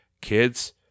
Kids